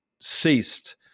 ceased